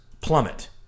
plummet